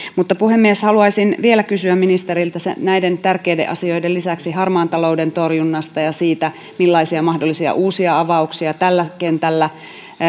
puhemies haluaisin vielä kysyä ministeriltä näiden tärkeiden asioiden lisäksi harmaan talouden torjunnasta ja siitä millaisia mahdollisia uusia avauksia tällä kentällä